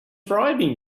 bribing